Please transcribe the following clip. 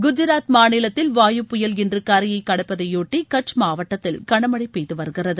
குஜராத் மாநிலத்தில் வாயு புயல் இன்று கரையை கடப்பதைபொட்டி கட்ச் மாவட்டத்தில் கனமழை பெய்து வருகிறது